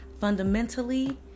fundamentally